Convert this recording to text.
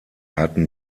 hatten